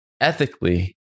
Ethically